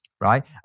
right